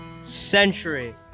century